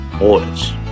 orders